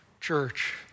church